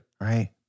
Right